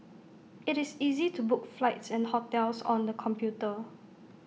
IT is easy to book flights and hotels on the computer